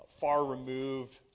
far-removed